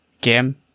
game